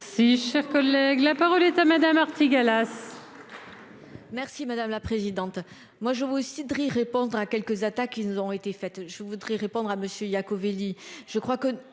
Si cher collègue, la parole est à madame Artigalas. Merci madame la présidente. Moi je vois aussi Dries répondre à quelques attaques qui nous ont été faites. Je voudrais répondre à Monsieur Iacovelli,